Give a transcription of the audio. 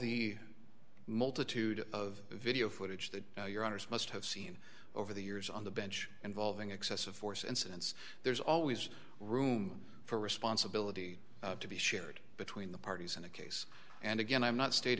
the multitude of video footage that your owners must have seen over the years on the bench involving excessive force incidents there's always room for responsibility to be shared between the parties in a case and again i'm not stat